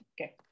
Okay